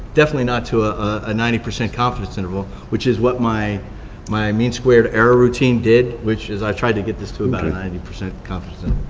definitely not to a ah ninety percent confidence interval, which is what my my means squared error routine did, which is i tried to get this to ninety percent confidence